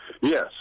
Yes